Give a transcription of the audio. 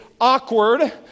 awkward